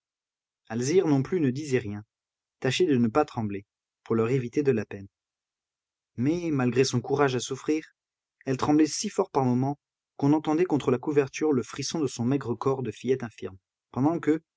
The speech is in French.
alzire non plus ne disait rien tâchait de ne pas trembler pour leur éviter de la peine mais malgré son courage à souffrir elle tremblait si fort par moments qu'on entendait contre la couverture le frisson de son maigre corps de fillette infirme pendant que